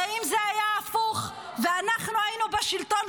הרי אם זה היה הפוך ואנחנו היינו בשלטון,